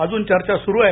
अजून चर्चा सूरू आहे